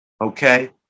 Okay